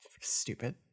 stupid